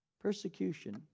Persecution